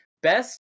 Best